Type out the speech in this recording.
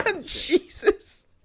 Jesus